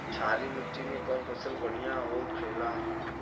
क्षारीय मिट्टी में कौन फसल बढ़ियां हो खेला?